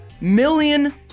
million